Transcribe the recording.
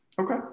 Okay